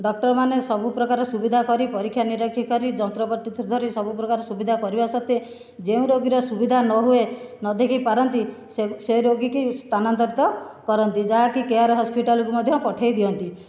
ଡକ୍ଟରମାନେ ସବୁପ୍ରକାର ସୁବିଧା କରି ପରୀକ୍ଷା ନିରୀକ୍ଷା କରି ଯନ୍ତ୍ରପାତି ଧରି ସବୁପ୍ରକାର ସୁବିଧା କରିବା ସତ୍ତ୍ୱେ ଯେଉଁ ରୋଗୀର ସୁବିଧା ନହୁଏ ନଦେଖି ପାରନ୍ତି ସେ ସେ ରୋଗୀକି ସ୍ଥାନାନ୍ତରିତ କରନ୍ତି ଯାହାକି କେୟାର ହସ୍ପିଟାଲକୁ ମଧ୍ୟ ପଠାଇ ଦିଅନ୍ତି